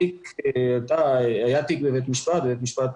היה תיק בבית המשפט